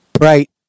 Right